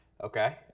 Okay